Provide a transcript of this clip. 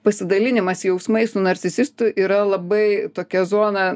pasidalinimas jausmais su narcisistu yra labai tokia zona